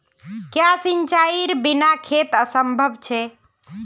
क्याँ सिंचाईर बिना खेत असंभव छै?